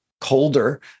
colder